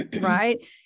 Right